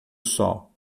sol